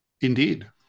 Indeed